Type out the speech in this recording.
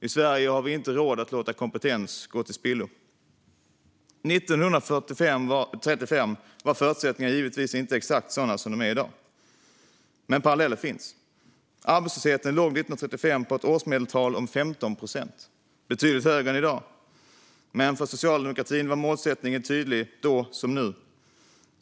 I Sverige har vi inte råd att låta kompetens gå till spillo. År 1935 var förutsättningarna givetvis inte exakt sådana som de är i dag, men paralleller finns. Arbetslösheten låg 1935 på ett årsmedeltal om 15 procent - betydligt högre än i dag. Men för socialdemokratin var målsättningen tydlig - då som nu.